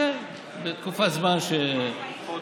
תזמן את, כן, בתקופת זמן של, חודש.